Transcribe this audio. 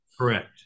correct